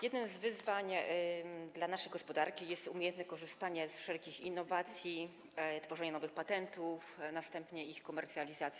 Jednym z wyzwań dla naszej gospodarki jest umiejętne korzystanie z wszelkich innowacji, tworzenie nowych patentów, a następnie ich komercjalizacja.